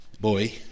Boy